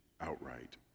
outright